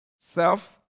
self